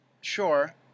Sure